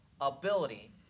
ability